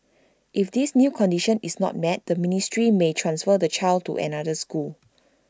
if this new condition is not met the ministry may transfer the child to another school